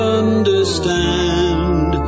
understand